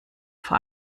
vor